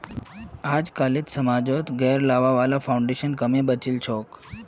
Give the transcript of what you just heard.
अजकालित समाजत गैर लाभा वाला फाउन्डेशन क म बचिल छोक